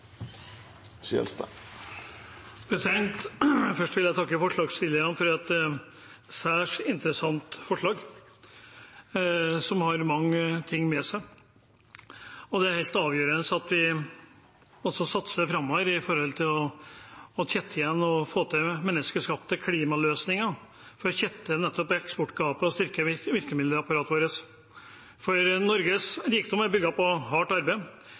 til. Først vil jeg takke forslagsstillerne for et særs interessant forslag, som har mange ting ved seg. Det er helt avgjørende at vi også framover satser når det gjelder å få til klimaløsninger for å tette igjen nettopp eksportgapet og styrke virkemiddelapparatet vårt. For Norges rikdom er bygd på hardt arbeid,